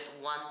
one